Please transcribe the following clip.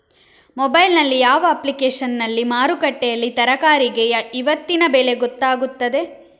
Mobile ನಲ್ಲಿ ಯಾವ ಅಪ್ಲಿಕೇಶನ್ನಲ್ಲಿ ಮಾರುಕಟ್ಟೆಯಲ್ಲಿ ತರಕಾರಿಗೆ ಇವತ್ತಿನ ಬೆಲೆ ಗೊತ್ತಾಗುತ್ತದೆ?